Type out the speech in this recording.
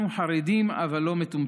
אנחנו חרדים, אבל לא מטומטמים.